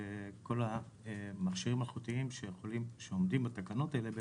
זה כל המכשירים האלחוטיים שעומדים בתקנות האלה,